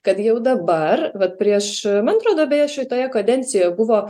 kad jau dabar vat prieš antra duobė šitoje kadencijoje buvo